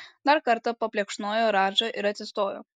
dar kartą paplekšnojo radžą ir atsistojo